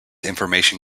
information